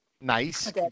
Nice